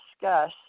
discuss